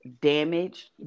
damaged